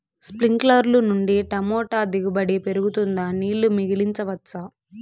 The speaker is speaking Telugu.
స్ప్రింక్లర్లు నుండి టమోటా దిగుబడి పెరుగుతుందా? నీళ్లు మిగిలించవచ్చా?